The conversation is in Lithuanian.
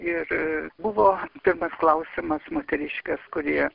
ir buvo pirmas klausimas moteriškės kurie